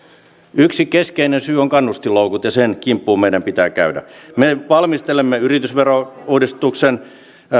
yksi keskeinen syy on kannustinloukut ja niiden kimppuun meidän pitää käydä me valmistelemme yritysverouudistuksen